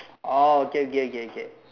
oh okay okay okay okay